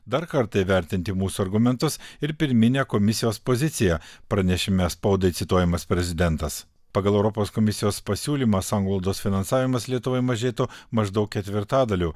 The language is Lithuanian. dar kartą įvertinti mūsų argumentus ir pirminę komisijos poziciją pranešime spaudai cituojamas prezidentas pagal europos komisijos pasiūlymą sanglaudos finansavimas lietuvoje mažėtų maždaug ketvirtadaliu